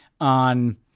on